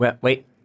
Wait